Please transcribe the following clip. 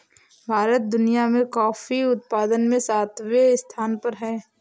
भारत दुनिया में कॉफी उत्पादन में सातवें स्थान पर है